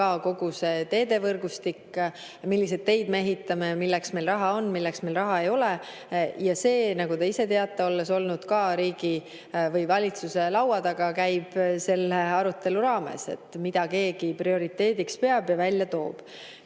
kogu teedevõrgustik, see, milliseid teid me ehitame, milleks meil raha on, milleks meil raha ei ole. See, nagu te ise teate, olles olnud valitsuse laua taga, käib selle arutelu raames, mida keegi prioriteediks peab ja välja toob.